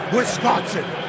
Wisconsin